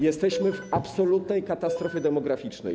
Jesteśmy w absolutnej katastrofie demograficznej.